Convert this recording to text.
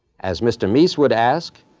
as mr. meese would ask,